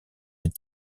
des